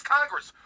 Congress